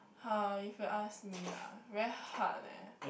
[huh] if you ask me ah very hard leh